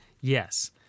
yes